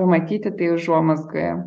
pamatyti tai užuomazgoje